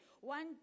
One